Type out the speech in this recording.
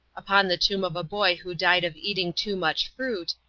upon the tomb of a boy who died of eating too much fruit,